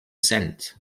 sent